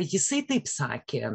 jisai taip sakė